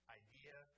idea